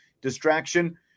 distraction